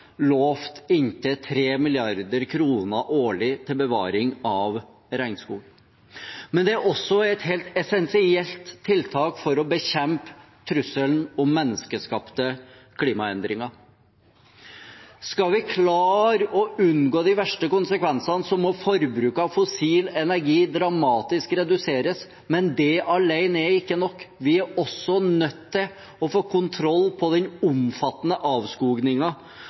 inntil 3 mrd. kr årlig til bevaring av regnskog. Men det er også et helt essensielt tiltak for å bekjempe trusselen om menneskeskapte klimaendringer. Skal vi klare å unngå de verste konsekvensene, må forbruket av fossil energi reduseres dramatisk. Men det alene er ikke nok, vi er også nødt til å få kontroll på den omfattende